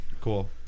cool